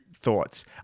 Thoughts